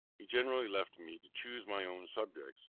he generally left me to choose my own subjects,